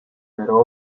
pero